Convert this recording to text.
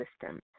system